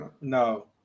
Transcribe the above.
No